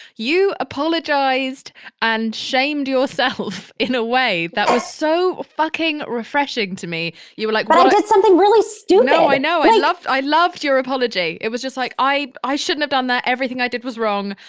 you apologized and shamed yourself in a way that was so fucking refreshing to me. you were like but i did something really stupid no. i know. i loved i loved your apology. it was just like i. i shouldn't have done that. everything i did was wrong.